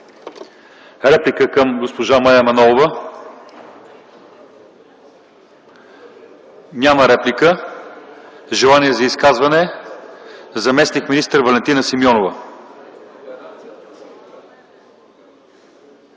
Реплика към госпожа Мая Манолова? Няма реплика. Желание за изказвания? Заместник-министър Валентина Симеонова,